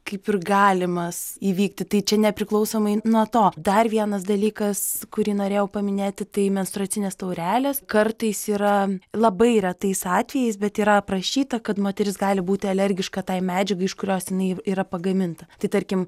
kaip ir galimas įvykti tai čia nepriklausomai nuo to dar vienas dalykas kurį norėjau paminėti tai menstruacinės taurelės kartais yra labai retais atvejais bet yra aprašyta kad moteris gali būti alergiška tai medžiagai iš kurios jinai yra pagaminta tai tarkim